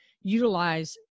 utilize